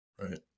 right